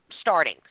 starting